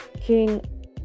King